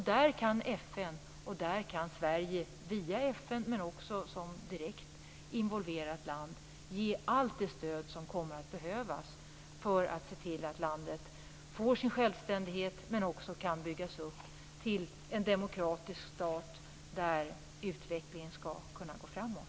Där kan FN och Sverige via FN men också som direkt involverat land ge allt det stöd som kommer att behövas för att se till att landet får sin självständighet liksom att det kan byggas upp till en demokratisk stat, där utvecklingen skall kunna gå framåt.